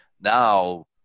Now